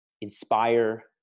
inspire